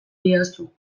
diozu